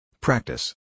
Practice